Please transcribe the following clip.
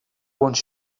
wants